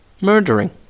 murdering